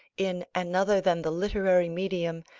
in another than the literary medium,